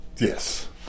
Yes